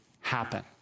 happen